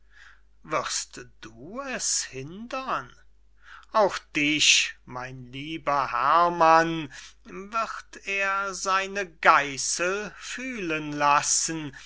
wirst du es hindern auch dich mein lieber herrmann wird er seine geissel fühlen lassen